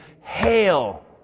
Hail